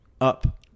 up